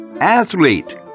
athlete